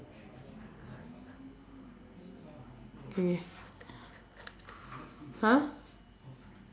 okay !huh!